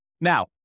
Now